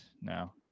now